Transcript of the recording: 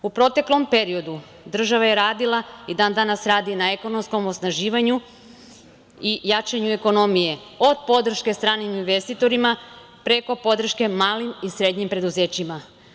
U proteklom periodu država je radila i dan danas radi na ekonomskom osnaživanju i jačanju ekonomije, od podrške stranim investitorima, preko podrške malim i srednjim preduzećima.